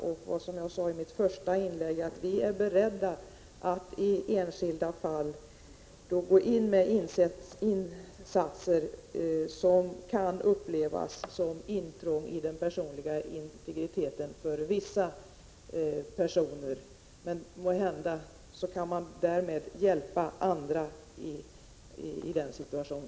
Som jag framhöll i mitt första inlägg är vi beredda att i enskilda fall göra insatser som av vissa personer kan upplevas som intrång i den personliga integriteten, men måhända kan man därmed hjälpa personer i samma situation.